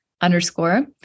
underscore